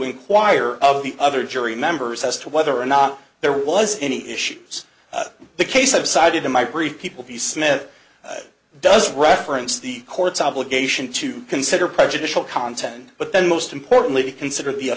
inquire of the other jury members as to whether or not there was any issues the case i've cited in my brief people the smith does reference the court's obligation to consider prejudicial content but then most importantly consider the